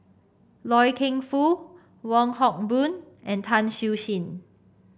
Loy Keng Foo Wong Hock Boon and Tan Siew Sin